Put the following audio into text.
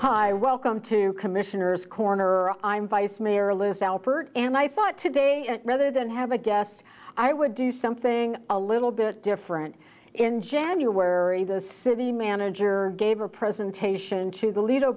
hi welcome to commissioner's corner i'm vice mayor alist alpert and i thought today rather than have a guest i would do something a little bit different in january the city manager gave a presentation to the lido